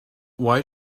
why